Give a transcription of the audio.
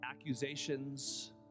accusations